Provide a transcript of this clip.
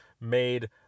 made